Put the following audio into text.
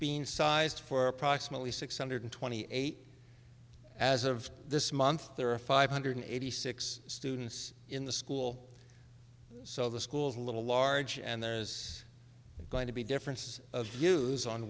been sized for approximately six hundred twenty eight as of this month there are five hundred eighty six students in the school so the schools a little large and there's going to be differences of views on